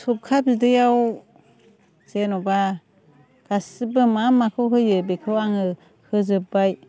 सबखा बिदैआव जेन'बा गासिबो मा माखौ होयो बेखौ आङो होजोबबाय